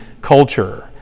culture